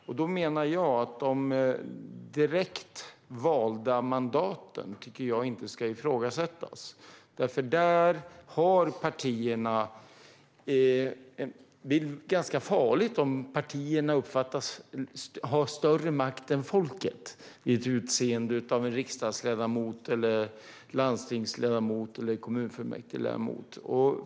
Jag menar att de direkt valda mandaten inte ska ifrågasättas, för det blir ganska farligt om partierna uppfattas ha större makt än folket vid utseendet av en riksdagsledamot, landstingsledamot eller kommunfullmäktigeledamot.